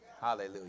Hallelujah